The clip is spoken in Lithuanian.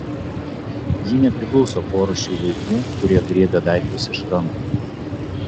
ji nepriklauso porūšiui vaikų kurie griebia daiktus iš rankų